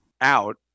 out